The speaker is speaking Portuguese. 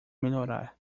melhorar